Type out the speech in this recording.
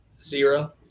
zero